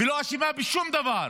ולא אשמה בשום דבר,